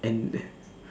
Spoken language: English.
and